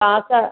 class